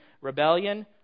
rebellion